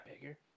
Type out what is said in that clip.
Bigger